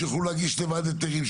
שיוכלו להגיש לבד היתרים.